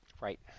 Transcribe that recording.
Right